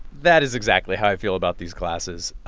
that is exactly how i feel about these classes.